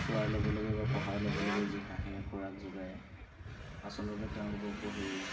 চোৱাৰ লগে লগে বা পঢ়াৰ লগে লগে যি হাঁহিৰ খোৰাক যোগায় আচলতে তেওঁলোককো সেই